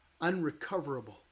unrecoverable